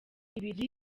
ibiri